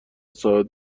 ثابت